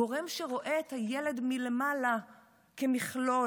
גורם שרואה את הילד מלמעלה כמכלול,